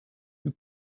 you